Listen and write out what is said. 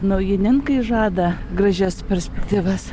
naujininkai žada gražias perspektyvas